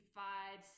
five